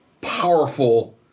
powerful